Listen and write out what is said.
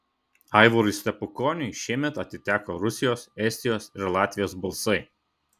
aivarui stepukoniui šiemet atiteko rusijos estijos ir latvijos balsai